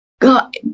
God